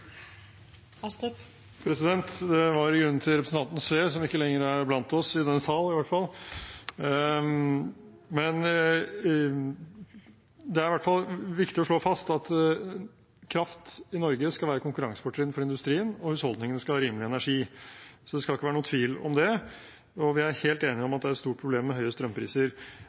i salen: Det er i hvert fall viktig å slå fast at kraft i Norge skal være et konkurransefortrinn for industrien, og husholdningene skal ha rimelig energi. Det skal ikke være noen tvil om det. Vi er helt enige om at det er et stort problem med høye strømpriser.